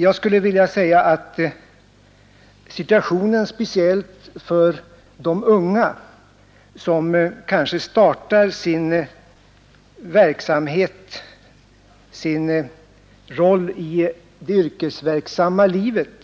Jag skulle vilja säga att situationen, speciellt för de unga, som kanske startar sin verksamhet i arbetslivet,